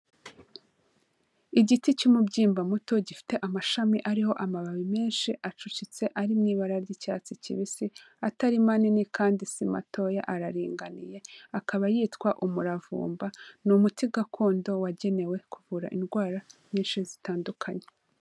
Igiti cy'umubyimba muto gifite amashami ariho amababi menshi acucitse ari mu ibara ry'icyatsi kibisi atari manini kandi si matoya araringaniye akaba yitwa umuravumba. Ni umuti gakondo wagenewe kuvura indwara nyinshi zitandukanye.